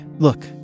Look